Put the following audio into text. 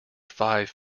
five